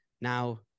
now